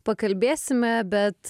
pakalbėsime bet